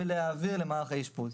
ולהעביר למערך האשפוז.